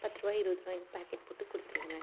பத்து ரூபா இருபது ரூபாயின்னு பாக்கெட் போட்டு கொடுத்துருவங்க